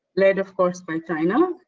led of course by china,